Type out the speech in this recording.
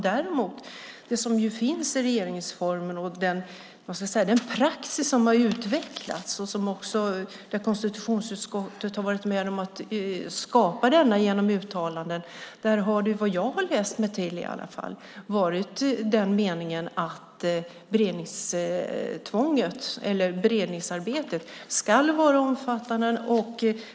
Däremot när det gäller det som står i regeringsformen, den praxis som har utvecklats och som konstitutionsutskottet har varit med och skapat genom uttalanden har meningen varit, vad jag har läst mig till i alla fall, att beredningsarbetet ska vara omfattande.